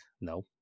No